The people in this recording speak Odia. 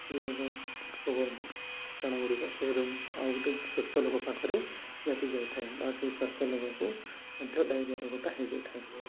ଏହି ରୋଗ ରୋଗ ଗୁଡ଼ିକ ସେହି ରୋଗ ଆଉ ଗୋଟେ ସୁ୍ସ୍ଥ ଲୋକ ପାଖରେ ବ୍ୟାପି ଯାଇଥାଏ ବା ସେହି ସ୍ୱାସ୍ଥ୍ୟ ଲୋକକୁ ମଧ୍ୟ ଡାଇରିଆ ରୋଗଟା ହେଇଯାଇଥାଏ